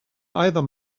either